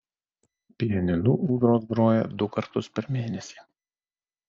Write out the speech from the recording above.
pianinu ūdros groja du kartus per mėnesį